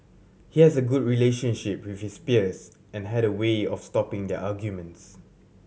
he has a good relationship with his peers and had a way of stopping their arguments